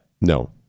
No